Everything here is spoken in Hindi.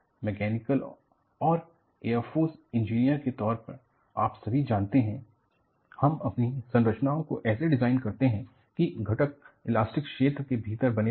मैकेनिकल और एयरफोर्स इंजीनियर के तौर पर आप सभी जानते हैं हम अपनी संरचनाओं को ऐसे डिजाइन करते है कि घटक इलास्टिक क्षेत्र के भीतर बने रहें